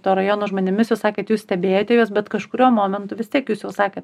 to rajono žmonėmis jūs sakėt jūs stebėjote juos bet kažkuriuo momentu vis tiek jūs jau sakėt